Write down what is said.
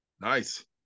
Nice